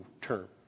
term